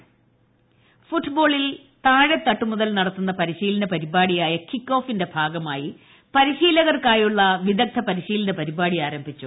football പരിശീലനം ഫുട്ബോളിൽ താഴേത്തട്ടുമുതൽ നടത്തുന്ന പരിശീലന പരിപാടിയായ കിക്ക്ഓഫിന്റെ ഭാഗമായി പരിശീലകർക്കായുള്ള വിദഗ്ധ പരിശീലന പരിപാടി ആരംഭിച്ചു